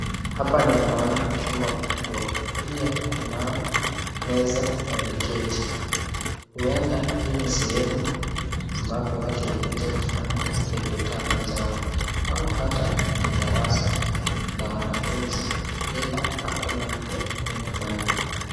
Hapa ninaona chumba kubwa. Pia kuna meza na viketi. Huenda hii ni sehemu ambapo watu hukuja kufanya mikutano zao au hata ni darasa la wanafunzi, ila hakuna mtu humu ndani.